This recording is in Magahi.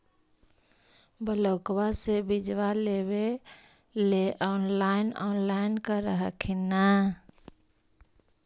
ब्लोक्बा से बिजबा लेबेले ऑनलाइन ऑनलाईन कर हखिन न?